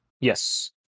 Yes